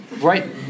Right